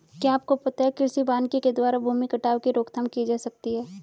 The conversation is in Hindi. क्या आपको पता है कृषि वानिकी के द्वारा भूमि कटाव की रोकथाम की जा सकती है?